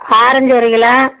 orange ஒரு kilo